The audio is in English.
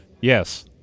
Yes